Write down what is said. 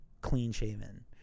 clean-shaven